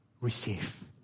receive